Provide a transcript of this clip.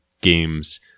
games